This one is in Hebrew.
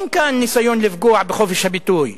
אין כאן ניסיון לפגוע בחופש הביטוי.